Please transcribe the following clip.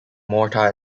mortar